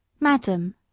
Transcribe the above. Madam